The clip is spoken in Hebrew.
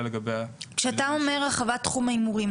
לגביה --- כשאתה אומר הרחבת תחום ההימורים,